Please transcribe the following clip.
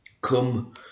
come